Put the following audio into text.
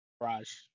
Raj